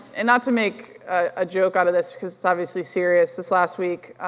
and not to make a joke out of this because it's obviously serious, this last week,